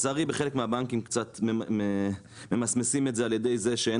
לצערי בחלק מהבנקים קצת ממסמסים את זה על ידי זה שאין